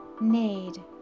need